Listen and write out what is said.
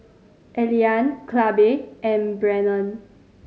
Elian Clabe and Brennon